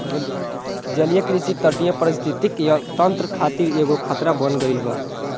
जलीय कृषि तटीय परिस्थितिक तंत्र खातिर एगो खतरा बन गईल बा